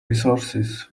resources